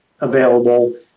available